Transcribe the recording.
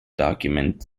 document